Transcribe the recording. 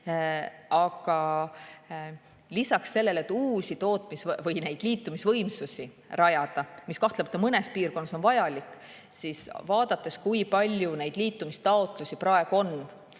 Aga lisaks sellele, et tuleb uusi liitumisvõimsusi rajada, mis kahtlemata mõnes piirkonnas on vajalik, siis vaadates, kui palju neid liitumistaotlusi praegu on